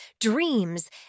dreams